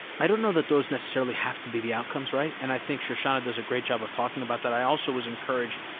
i don't know that those necessarily have to be the outcomes, right? and i think shoshana does a great job of talking about that. i also was encouraged,